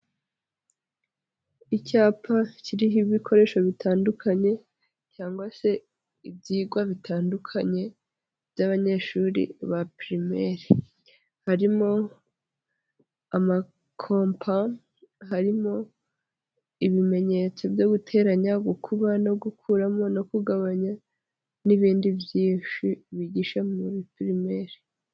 Icyapa kiriho ibikoresho bitandukanye cyangwa se ibyigwa bitandukanye by'abanyeshuri ba pirimeri harimo amakompa, harimo ibimenyetso byo guteranya, gukuba no gukuramo no kugabanya n'ibindi byinshi bigisha muri pirimeri.